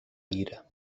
ira